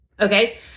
okay